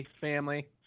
family